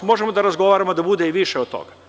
Možemo da razgovaramo da bude i više od toga.